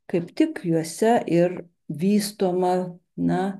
kaip tik juose ir vystoma na